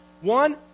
One